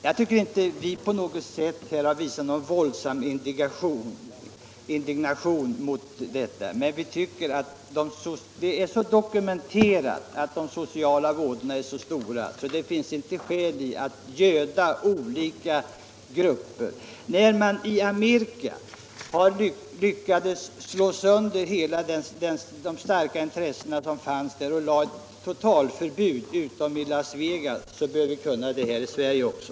Jag tycker inte att vi har visat någon våldsam indignation mot detta IS spel som herr Svanberg påstår, men vi anser att de sociala vådorna är så väl dokumenterade att det inte finns skäl att vidare göda olika grupper. När man i Amerika lyckades slå sönder de starka intressen som fanns där och införde ett totalförbud utom i Las Vegas bör vi kunna göra det här i Sverige också.